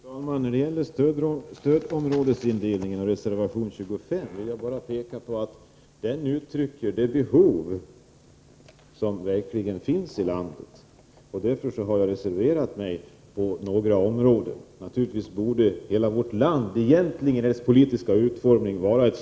Fru talman! När det gäller stödområdesindelningen och reservation 25 vill jag bara peka på att den reservationen ger uttryck för de behov som verkligen finns i landet. I reservationen nämns några områden i vårt land. Men naturligtvis borde egentligen hela vårt land utgöra ett stödområde, med tanke på läget i dag internationellt sett.